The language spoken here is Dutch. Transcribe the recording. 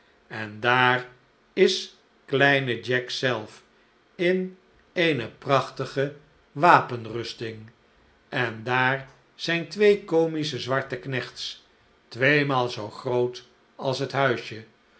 en daar is kleine jack zelf in eene prachtige wapenrusting en daar zijn twee comische zwarte knechts tweemaal zoo groot als het huisje